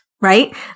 right